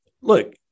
look